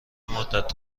مدت